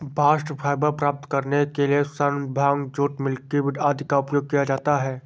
bast fibre प्राप्त करने के लिए सन, भांग, जूट, मिल्कवीड आदि का उपयोग किया जाता है